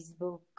Facebook